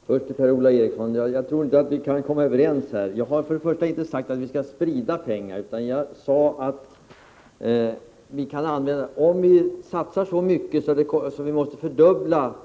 Herr talman! Först till Per-Ola Eriksson: Jag tror inte att vi kan komma överens här. Först och främst har jag inte sagt att vi skall sprida pengarna, utan jag sade att om vi satsar så mycket på generella